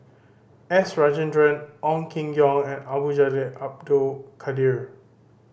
S Rajendran Ong Keng Yong and Abdul Jalil Abdul Kadir